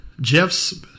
Jeff's